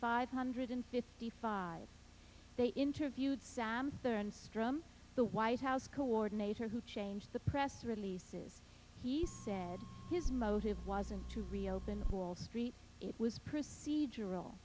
five hundred fifty five they interviewed sam thernstrom the white house coordinator who change the press releases he said his motive wasn't to reopen wall street it was procedural